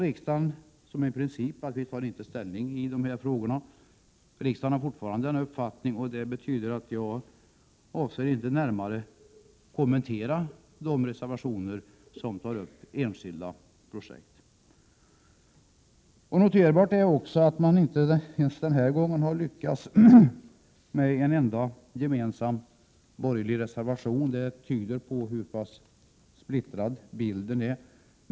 Riksdagen har som princip att inte ta ställning i sådana frågor, och riksdagen vidhåller den uppfattningen. Jag avser därför att inte närmare kommentera de reservationer i vilka det tas upp enskilda projekt. Noterbart är också att man inte ens den när gången har lyckats åstadkomma en enda gemensam borgerlig reservation. Det visar hur splittrad bilden är.